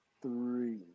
three